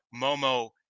Momo